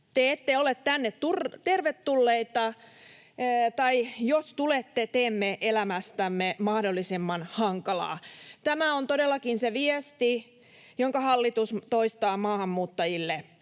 ”Te ette ole tänne tervetulleita, tai jos tulette, teemme elämästänne mahdollisimman hankalaa.” Tämä on todellakin se viesti, jonka hallitus toistaa maahanmuuttajille